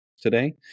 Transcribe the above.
today